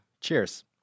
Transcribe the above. cheers